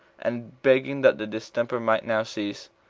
and begging that the distemper might now cease,